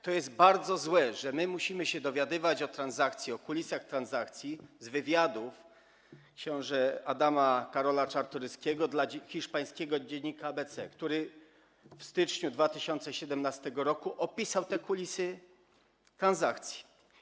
To jest bardzo złe, że my musimy się dowiadywać o transakcji, o kulisach transakcji z wywiadów księcia Adama Karola Czartoryskiego dla hiszpańskiego dziennika „ABC”, który w styczniu 2017 r. opisał kulisy tej transakcji.